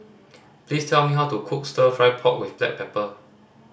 please tell me how to cook Stir Fry pork with black pepper